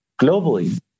globally